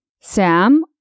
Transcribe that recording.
Sam